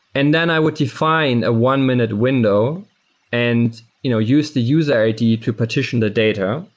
and then i would define a one minute window and you know use to user id to partition the data.